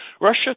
Russia